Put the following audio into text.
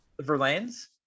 Verlaine's